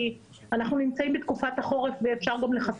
אם אנחנו באים ועושים דיון על זה בגלל תלונות שאנחנו מקבלים מהציבור,